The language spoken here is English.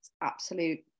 absolute